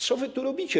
Co wy tu robicie?